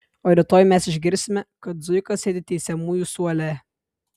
o rytoj mes išgirsime kad zuika sėdi teisiamųjų suole